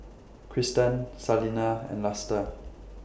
Kristen Salena and Luster